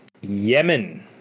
Yemen